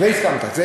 לזה הסכמת.